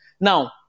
Now